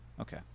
Okay